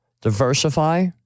diversify